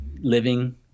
living